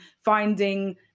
finding